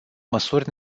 măsuri